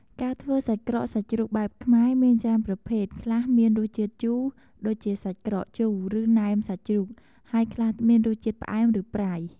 ការធ្វើសាច់ក្រកសាច់ជ្រូកបែបខ្មែរ មានច្រើនប្រភេទ ខ្លះមានរសជាតិជូរ ដូចជាសាច់ក្រកជូរ ឬណែមសាច់ជ្រូក ហើយខ្លះមានរសជាតិផ្អែម ឬប្រៃ។